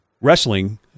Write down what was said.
Wrestling